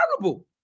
terrible